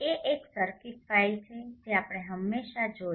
sch એ એક circuit file છે જે આપણે હમણાં જોઇ